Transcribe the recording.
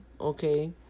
okay